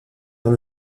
vers